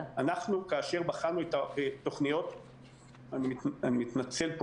אני מתנצל,